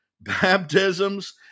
baptisms